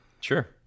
Sure